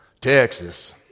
Texas